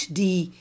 die